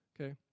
Okay